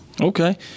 Okay